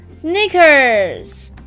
SNEAKERS